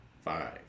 five